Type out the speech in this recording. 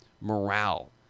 morale